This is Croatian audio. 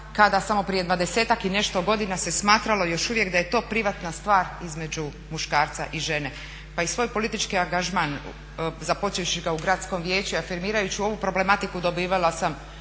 kada samo prije 20-ak i nešto godina se smatralo još uvijek da je to privatna stvar između muškarca i žene. Pa i svoj politički angažman, započevši ga u gradskom vijeću i afirmirajući ovu problematiku dobivala sam